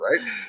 right